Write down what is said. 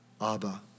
Abba